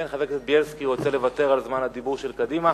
אלא אם כן חבר הכנסת בילסקי רוצה לוותר על זמן הדיבור של קדימה,